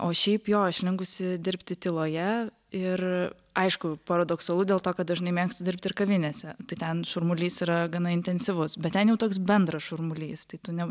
o šiaip jo aš linkusi dirbti tyloje ir aišku paradoksalu dėl to kad dažnai mėgstu dirbti ir kavinėse tai ten šurmulys yra gana intensyvus bet ten jau toks bendras šurmulys tai tu ne